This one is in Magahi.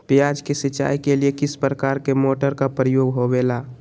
प्याज के सिंचाई के लिए किस प्रकार के मोटर का प्रयोग होवेला?